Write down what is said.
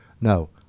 No